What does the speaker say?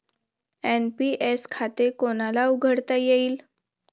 NPS खाते कोणाला उघडता येईल?